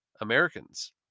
Americans